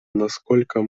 насколько